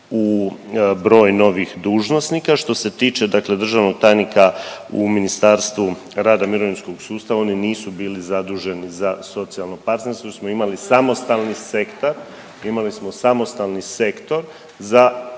u broj novih dužnosnika. Što se tiče, dakle državnog tajnika u Ministarstvo rada i mirovinskog sustava, oni nisu bili zaduženi za socijalno partnerstvo jer smo imali samostalni sektor,